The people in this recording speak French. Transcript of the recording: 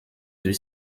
deux